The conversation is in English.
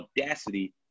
audacity